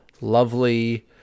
lovely